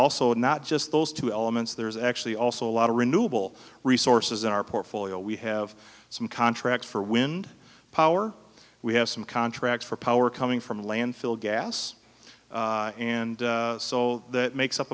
also not just those two elements there's actually also a lot of renewable resources in our portfolio we have some contracts for wind power we have some contracts for power coming from landfill gas and so that makes up